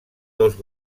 dos